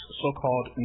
so-called